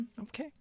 Okay